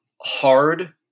hard